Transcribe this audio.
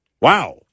Wow